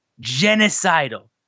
Genocidal